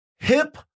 Hip